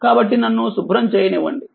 కాబట్టినన్ను శుభ్రం చేయనివ్వండి